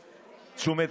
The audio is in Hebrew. שב.